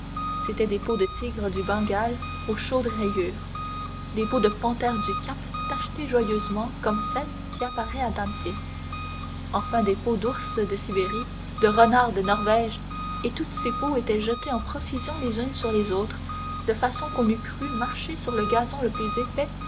c'étaient des peaux de tigres du bengale aux chaudes rayures des peaux de panthères du cap tachetées joyeusement comme celle qui apparaît à dante enfin des peaux d'ours de sibérie de renards de norvège et toutes ces peaux étaient jetées en profusion les unes sur les autres de façon qu'on eût cru marcher sur le gazon le plus épais